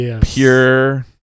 Pure